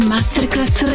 Masterclass